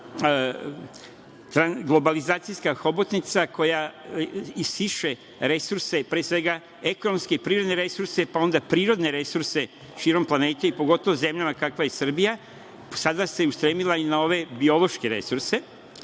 globalizacijska hobotnica koja isiše resurse, pre svega ekonomske i privredne resurse, pa onda prirodne resurse širom planete i pogotovo zemlje kakva je Srbija, sada se ustremila i na ove biološke resurse